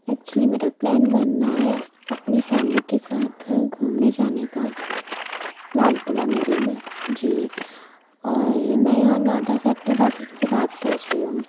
actually میرا plan بننا ہے اپنی فیملی کے ساتھ گھومنے جانے کا لال قلعہ میلے میں جی اور میں یہاں نوئیڈا سیکٹر باسٹھ سے بات کر رہی ہوں